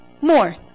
more